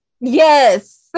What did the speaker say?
Yes